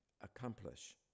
accomplish